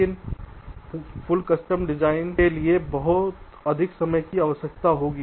लेकिन पूर्ण कस्टम पूर्ण डिजाइन के लिए बहुत अधिक समय की आवश्यकता होगी